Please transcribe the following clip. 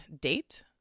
date